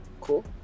Cool